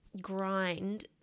grind